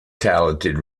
talented